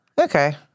okay